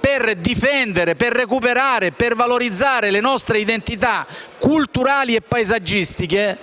per difendere, recuperare e valorizzare le nostre identità culturali e paesaggistiche,